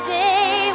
day